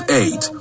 eight